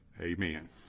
Amen